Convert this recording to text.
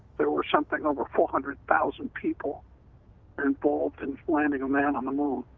there were something over four hundred thousand people involved in landing a man on the moon.